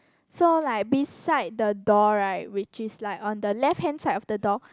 so like beside the door right which is like on the left hand side of the door